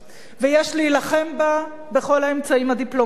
ויש להילחם בה בכל האמצעים הדיפלומטיים,